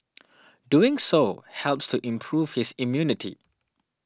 doing so helps to improve his immunity